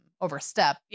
overstep